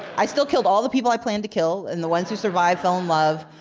i still killed all the people i planned to kill and the ones who survived fell in love.